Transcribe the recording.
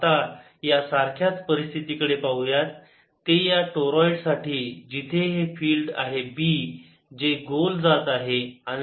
आता या सारख्याच परिस्थितीकडे पाहुयात ते या टोराईड साठी जिथे हे फील्ड आहे B जे गोल जात आहे आणि डेल क्रॉस A बरोबर आहे B